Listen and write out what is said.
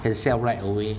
instead of right away